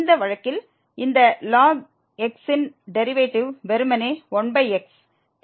இந்த வழக்கில் இந்த ln x ன் டெரிவேட்டிவ் வெறுமனே 1x